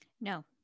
No